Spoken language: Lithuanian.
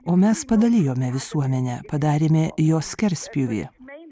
o mes padalijome visuomenę padarėme jos skerspjūvį